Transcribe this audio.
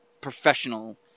professional